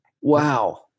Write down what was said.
Wow